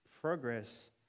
progress